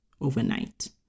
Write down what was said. overnight